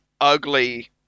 ugly